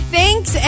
Thanks